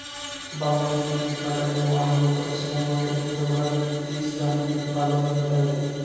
बांबूची झपाट्याने वाढ होत असल्यामुळे वर्षभरात तीस टन उत्पादन घेता येते